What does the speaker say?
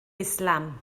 islam